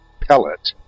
pellet